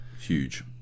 Huge